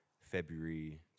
February